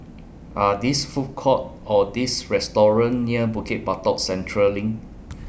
Are These Food Courts Or These restaurants near Bukit Batok Central LINK